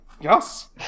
Yes